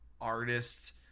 artist